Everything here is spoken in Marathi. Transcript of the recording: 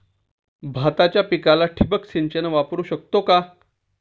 भाताच्या पिकाला ठिबक सिंचन वापरू शकतो का?